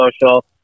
Social